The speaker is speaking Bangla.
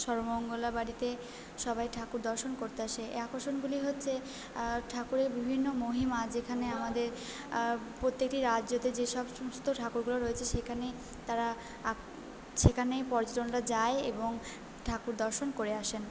সর্বমঙ্গলা বাড়িতে সবাই ঠাকুর দর্শন করতে আসে এই আকর্ষণগুলি হচ্ছে ঠাকুরের বিভিন্ন মহিমা যেখানে আমাদের প্রত্যেকটি রাজ্যতে যে সব সমস্ত ঠাকুরগুলো রয়েছে সেখানে তারা সেখানেই পর্যটনরা যায় এবং ঠাকুর দর্শন করে আসেন